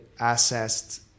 assessed